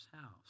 house